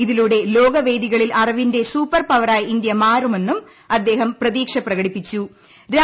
ഇതിലൂടെ ലോക വേദികളിൽ അറിവിന്റെ സ്ടൂപ്പർ പ്വറായി ഇന്ത്യ മാറുമെന്നും അദ്ദേഹം പ്രതീക്ഷ പ്രകട്ടിപ്പിച്ചു്